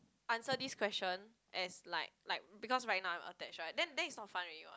answer this question as like like because right now I'm attached right then then it's not fun already [what]